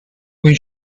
when